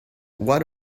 what